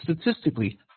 statistically